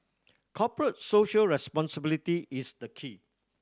Corporate Social Responsibility is the key